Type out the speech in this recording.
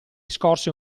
scorse